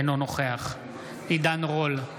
אינו נוכח עידן רול,